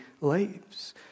lives